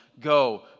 go